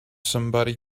somebody